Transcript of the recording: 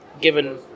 Given